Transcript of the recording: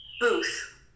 booth